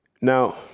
now